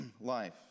life